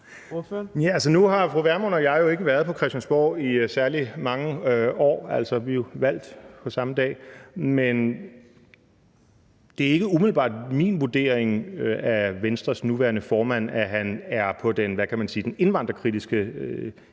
Nu har fru Pernille Vermund og jeg jo ikke været på Christiansborg i særlig mange år – altså, vi er jo valgt på samme dag – men det er ikke umiddelbart min vurdering, at Venstres nuværende formand er på den, hvad kan man sige,